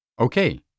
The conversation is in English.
Okay